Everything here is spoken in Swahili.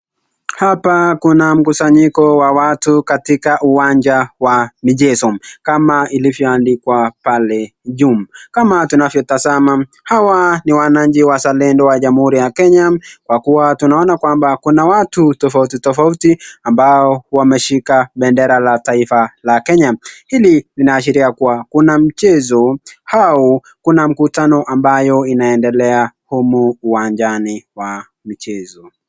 Hapa kuna mkusanyiko wa watu katika uwanja wa michezo, kama ilivyoandikwa pale juu. Kama tunavyotazama hawa ni wananchi wazalendo wa jamhuri ya Kenya kwa kuwa tunaona kwamba kuna watu tofauti tofauti ambao wameshika bendera la taifa la Kenya. Hili inaashiria kuwa kuna mchezo au kuna mkutano ambayo inaendelea humu uwanjani mwa michezo.